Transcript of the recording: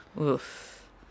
Oof